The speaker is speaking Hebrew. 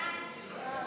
חוק לתיקון